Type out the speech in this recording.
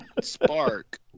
spark